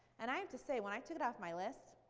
and i have to say when i took it off my list,